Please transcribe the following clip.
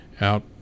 out